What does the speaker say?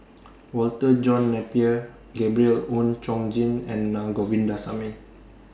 Walter John Napier Gabriel Oon Chong Jin and Na Govindasamy